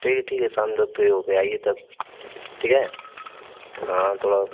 ठीक है ठीक है शाम हो कर आइए तब ठीक है हाँ थोड़ा